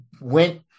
went